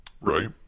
Right